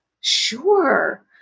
Sure